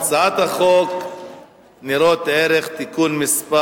חוק ניירות ערך (תיקון מס'